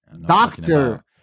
doctor